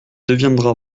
deviendra